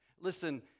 Listen